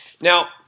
Now